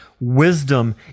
wisdom